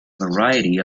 variety